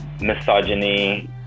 misogyny